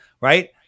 right